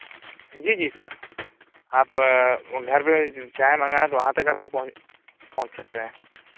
جی جی سر آپ گھر پہ چاہے منگانا تو وہاں تک آپ کے پہنچ سکتے ہیں